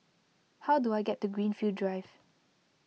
how do I get to Greenfield Drive